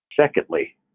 Secondly